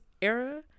era